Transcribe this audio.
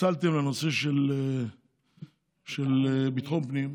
פיצלתם לנושא ביטחון הפנים,